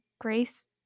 grace